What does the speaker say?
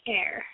air